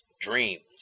dreams